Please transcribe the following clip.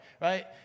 right